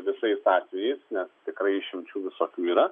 visais atvejais nes tikrai išimčių visokių yra